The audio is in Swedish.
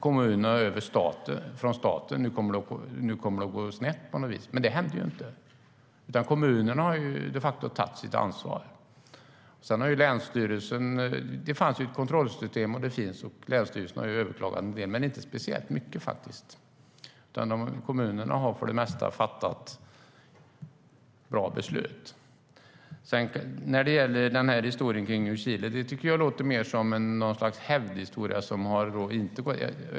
Kommunerna tar över från staten, och nu kommer det att gå snett, sas det. Men det hände inte. Kommunerna har de facto tagit sitt ansvar. Det finns ett kontrollsystem, och länsstyrelserna har överklagat en del beslut men inte speciellt många. Kommunerna har för det mesta fattat bra beslut. När det gäller historien om Ljungskile tycker jag att det mer låter som ett slags hävdhistoria.